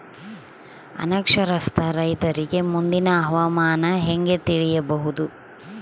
ಅನಕ್ಷರಸ್ಥ ರೈತರಿಗೆ ಮುಂದಿನ ಹವಾಮಾನ ಹೆಂಗೆ ತಿಳಿಯಬಹುದು?